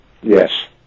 yes